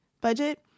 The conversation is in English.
budget